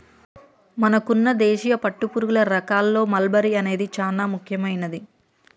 మనకున్న దేశీయ పట్టుపురుగుల రకాల్లో మల్బరీ అనేది చానా ముఖ్యమైనది